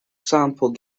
sample